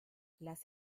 las